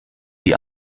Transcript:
die